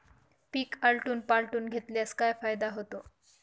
पीक आलटून पालटून घेतल्यास काय फायदा होतो?